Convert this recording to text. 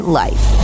life